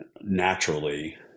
naturally